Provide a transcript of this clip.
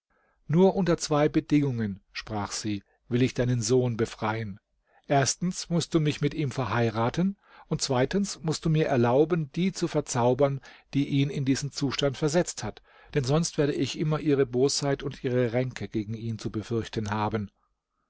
nur unter zwei bedingungen sprach sie will ich deinen sohn befreien erstens mußt du mich mit ihm verheiraten und zweitens mußt du mir erlauben die zu verzaubern die ihn in diesen zustand versetzt hat denn sonst werde ich immer ihre bosheit und ihre ränke gegen ihn zu befürchten haben